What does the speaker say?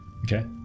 Okay